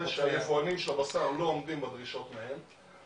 שהיבואנים של הבשר לא עומדים בדרישות מהם,